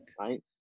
Right